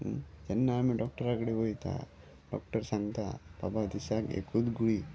जेन्ना आमी डॉक्टरा कडेन वयता डॉक्टर सांगता बाबा दिसा एकूच गुळी